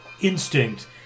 instinct